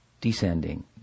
descending